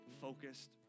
focused